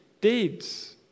deeds